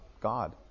God